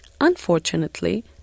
unfortunately